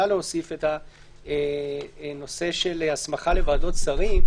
להוסיף את הנושא של הסמכה לוועדות שרים.